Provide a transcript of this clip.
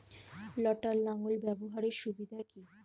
লটার লাঙ্গল ব্যবহারের সুবিধা কি?